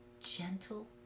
gentle